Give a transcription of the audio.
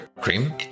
Cream